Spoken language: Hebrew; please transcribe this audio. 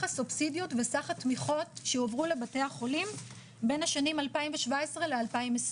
הסובסידיות וסך התמיכות שהועברו לבתי החולים בין השנים 2017 ל-2020.